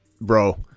bro